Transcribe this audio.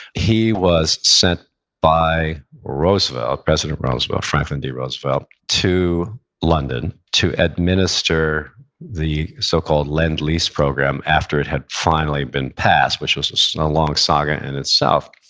he was sent by roosevelt, president roosevelt, franklin d. roosevelt, to london to administer the so-called lend-lease program after it had finally been passed, which was a and um long saga in itself.